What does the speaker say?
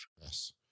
Yes